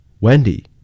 Wendy